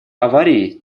аварии